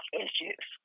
issues